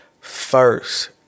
first